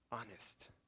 Honest